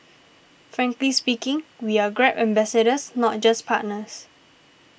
frankly speaking we are Grab ambassadors not just partners